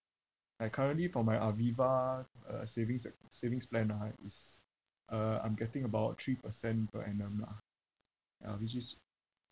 like currently for my Aviva uh savings uh savings plan ah right is uh I'm getting about three percent per annum lah uh which is